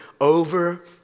over